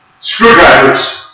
screwdrivers